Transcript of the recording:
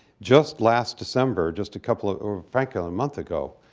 just last december, just a couple of frankly, a month ago,